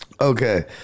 Okay